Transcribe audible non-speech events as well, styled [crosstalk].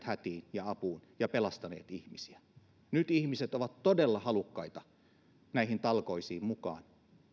[unintelligible] hätiin ja apuun ja pelastanut ihmisiä nyt ihmiset ovat todella halukkaita tulemaan näihin talkoisiin mukaan